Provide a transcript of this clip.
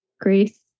grace